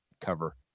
cover